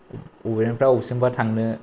अबेनिफ्राय अबेसिमबा थांनो